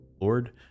Lord